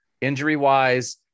Injury-wise